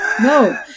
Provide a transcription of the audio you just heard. No